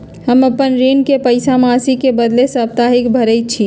हम अपन ऋण के पइसा मासिक के बदले साप्ताहिके भरई छी